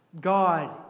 God